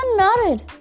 unmarried